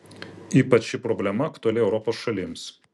ypač ši problema aktuali europos šalims